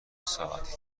ساعتی